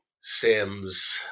Sims